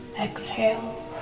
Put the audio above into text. Exhale